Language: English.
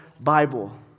Bible